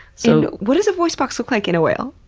so what does a voice box look like in a whale?